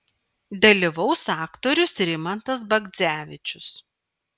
dalyvaus aktorius rimantas bagdzevičius